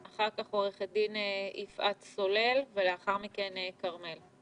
אחר כך עורכת דין יפעת סולל ולאחר מכן כרמל.